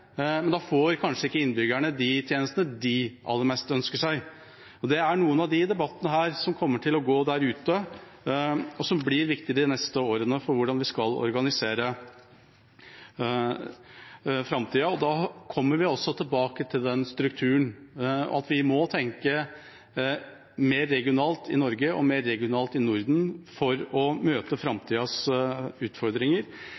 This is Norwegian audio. men da får kanskje ikke innbyggerne de tjenestene de aller mest ønsker seg. Det er noen av de debattene som kommer til å gå der ute, og som blir viktige de neste årene for hvordan vi skal organisere framtida. Da kommer vi tilbake til at vi må tenke mer regionalt i Norge og Norden for å møte framtidas utfordringer. Vi trenger større og mer robuste kompetansemiljøer for å